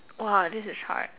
!wah! this is hard